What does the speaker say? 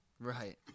Right